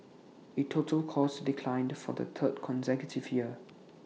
IT total costs declined for the third consecutive year